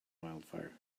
wildfire